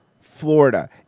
florida